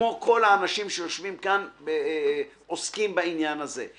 כמו כל האנשים שיושבים כאן, עוסקים בעניין הזה.